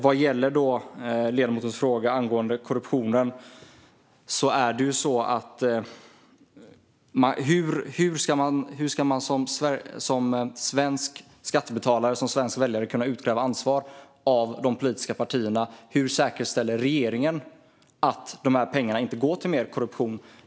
Vad gäller ledamotens fråga angående korruptionen: Hur ska man som svensk skattebetalare och väljare kunna utkräva ansvar av de politiska partierna? Hur säkerställer regeringen att de här pengarna inte går till mer korruption?